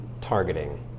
targeting